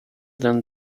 than